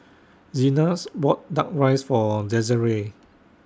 Zenas bought Duck Rice For Desirae